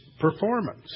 performance